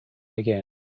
again